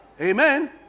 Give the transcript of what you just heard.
Amen